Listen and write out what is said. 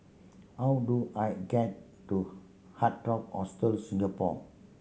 how do I get to Hard Rock Hostel Singapore